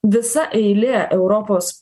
visa eilė europos